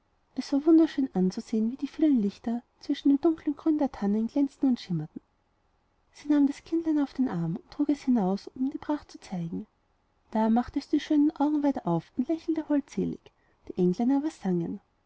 es war wunderschön anzusehen wie die vielen lichter zwischen dem dunklen grün der tannen glänzten und schimmerten frau holle war ganz entzückt davon sie nahm das kindlein auf den arm und trug es hinaus ihm die pracht zu zeigen da machte es die schönen augen weit auf und lächelte holdselig die engelein aber sangen